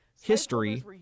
history